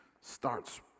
starts